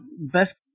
best